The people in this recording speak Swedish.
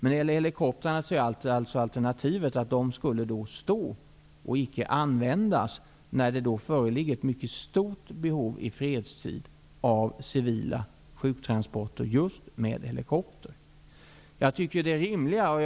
I fråga om helikoptrarna är alternativet att de skulle stå oanvända i fredstid, trots att ett mycket stort behov av civila sjuktransporter just med helikopter föreligger.